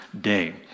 day